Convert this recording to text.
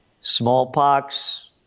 smallpox